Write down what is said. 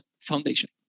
foundation